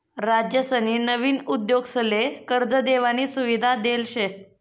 राज्यसनी नवीन उद्योगसले कर्ज देवानी सुविधा देल शे